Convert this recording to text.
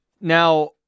now